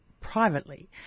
privately